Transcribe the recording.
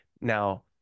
Now